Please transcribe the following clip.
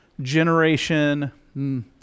generation